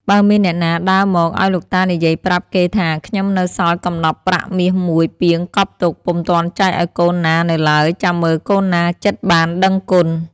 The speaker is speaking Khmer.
បើមានអ្នកណាដើរមកឱ្យលោកតានិយាយប្រាប់គេថា ខ្ញុំនៅសល់កំណប់ប្រាក់ មាស១ ពាងកប់ទុក ពុំទាន់ចែកឱ្យកូនណានៅឡើយ ចាំមើលកូនណាចិត្តបានដឹងគុណ។